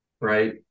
right